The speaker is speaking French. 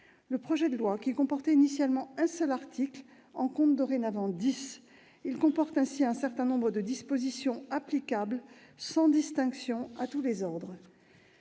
Le projet de loi, qui comportait initialement un seul article, en compte dorénavant dix. Il prévoit ainsi un certain nombre de dispositions applicables, sans distinction, à tous les ordres.